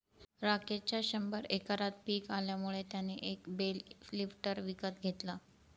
राकेशच्या शंभर एकरात पिक आल्यामुळे त्याने एक बेल लिफ्टर विकत घेतला